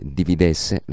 dividesse